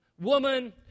woman